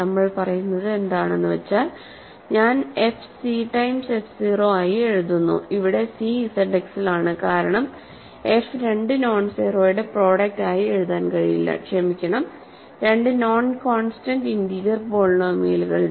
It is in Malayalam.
നമ്മൾ പറയുന്നത് എന്താണെന്നുവച്ചാൽ ഞാൻ എഫ് സി ടൈംസ് എഫ് 0 ആയി എഴുതുന്നു ഇവിടെ സി ഇസഡ് എക്സിൽ ആണ് കാരണം എഫ് രണ്ട് നോൺസീറോയുടെ പ്രോഡക്ട് ആയി എഴുതാൻ കഴിയില്ല ക്ഷമിക്കണം രണ്ട് നോൺ കോൺസ്റ്റെൻറ്റ് ഇൻറിജർ പോളിനോമിയലുകളുടെ